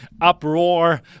uproar